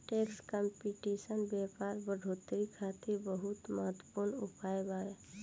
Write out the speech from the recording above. tax competition व्यापार बढ़ोतरी खातिर बहुत महत्वपूर्ण उपाय बावे